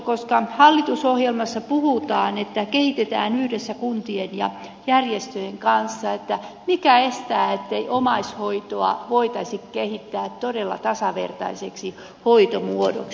koska hallitusohjelmassa puhutaan että kehitetään yhdessä kuntien ja järjestöjen kanssa mikä estää ettei omaishoitoa voitaisi kehittää todella tasavertaiseksi hoitomuodoksi